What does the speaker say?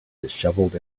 dishevelled